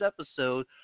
episode